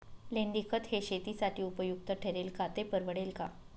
लेंडीखत हे शेतीसाठी उपयुक्त ठरेल का, ते परवडेल का?